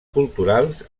culturals